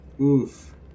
Oof